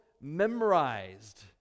memorized